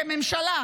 כממשלה,